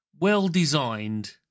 well-designed